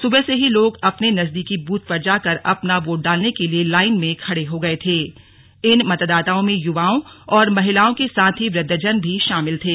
सुबह से ही लोग अपने नजदीकी ब्रथ पर जाकर अपना वोट डालने के लिए लाइन में खड़े हो गए थे इन मतदाताओं में युवाओं और महिलाओं के साथ ही वृद्धजन भी शामिल थे